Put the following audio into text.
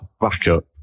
backup